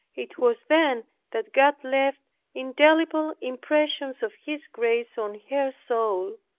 it was then that god left indelible impressions of his grace on her soul,